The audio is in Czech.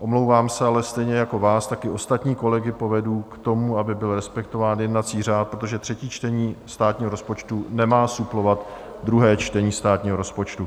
Omlouvám se, ale stejně jako vás, tak i ostatní kolegy povedu k tomu, aby byl respektován jednací řád, protože třetí čtení státního rozpočtu nemá suplovat druhé čtení státního rozpočtu.